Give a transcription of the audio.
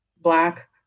Black